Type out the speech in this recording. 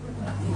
שוב.